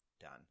Done